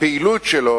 הפעילות שלו